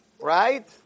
right